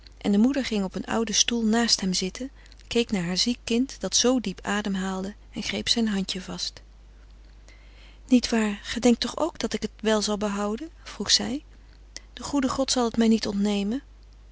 en de moeder ging op een ouden stoel naast hem zitten keek naar haar ziek kind dat zoo diep adem haalde en greep zijn handje vast niet waar ge denkt toch ook dat ik het wel zal behouden vroeg zij de goede god zal het mij niet ontnemen